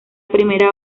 primera